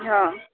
હ